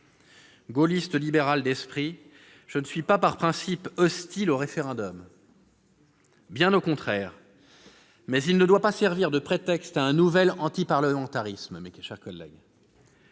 Gaulliste libéral d'esprit, ... Ah ?... je ne suis pas par principe hostile au référendum, bien au contraire. Mais il ne doit pas servir de prétexte à un nouvel antiparlementarisme. Nous refusons